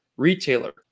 retailer